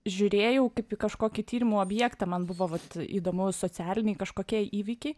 žiūrėjau kaip į kažkokį tyrimų objektą man buvo vat įdomu socialiniai kažkokie įvykiai